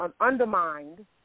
undermined